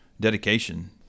dedication